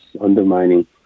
undermining